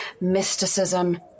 mysticism